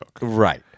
Right